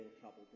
trouble